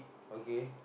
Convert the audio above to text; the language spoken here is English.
okay